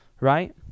right